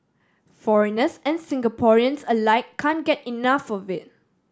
foreigners and Singaporeans alike can get enough of it